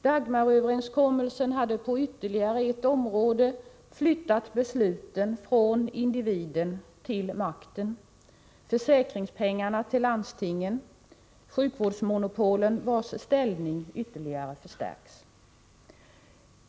Dagmaröverenskommelsen hade på ytterligare ett område flyttat besluten från individen till makten, försäkringspengarna till landstingen, sjukvårdsmonopolen, vilkas ställning ytterligare förstärkts.